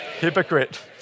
hypocrite